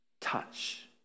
touch